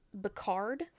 Bacard